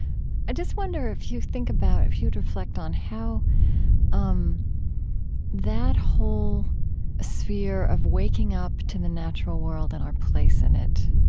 i just wonder if you think about if you'd reflect on how um that whole sphere of waking up to the natural world and our place in it,